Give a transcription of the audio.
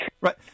Right